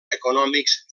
econòmics